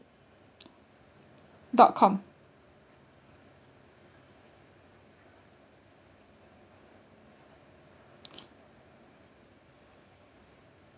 dot com